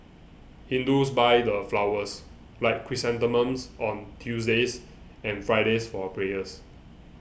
hindus buy the flowers like chrysanthemums on Tuesdays and Fridays for prayers